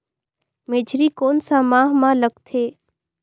मेझरी कोन सा माह मां लगथे